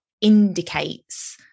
indicates